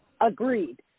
Agreed